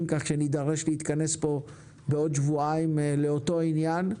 כך שנידרש להתכנס פה בעוד שבועיים לאותו עניין,